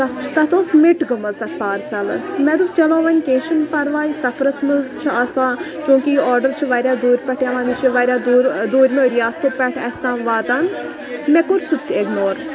تَتھ چھُ تَتھ اوس مِٹ گٔمٕژ تَتھ پارسَلَس مےٚ دوٚپ چَلو وۄنۍ کینٛہہ چھُنہٕ پَرواے سَفرَس منٛز چھِ آسان چوٗنٛکہِ یہِ آرڈَر چھُ واریاہ دوٗرِ پٮ۪ٹھ یِوان یہِ چھِ واریاہ دوٗر دوٗرِمو رِیاستو پٮ۪ٹھ اَسہِ تام واتان مےٚ کوٚر سُہ تہِ اِگنور